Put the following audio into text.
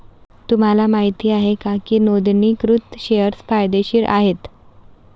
तुम्हाला माहित आहे का की नोंदणीकृत शेअर्स फायदेशीर आहेत?